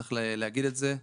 צריך להגיד את זה,